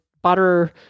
Butter